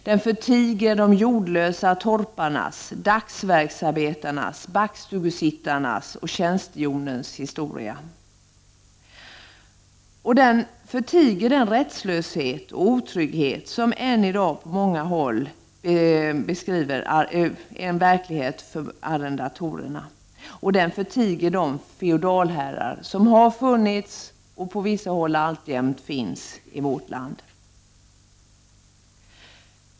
Den förtiger de jordlösa torparnas och dagsverksarbetarnas, backstugesittarnas och tjänstehjonens historia, och den förtiger den rättslöshet och otrygghet som än i dag är en verklighet för många arrendatorer. Den förtiger att det har funnits och på vissa håll alltjämt finns feodalherrar.